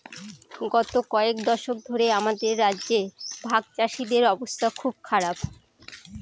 গত কয়েক দশক ধরে আমাদের রাজ্যে ভাগচাষীদের অবস্থা খুব খারাপ